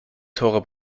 tore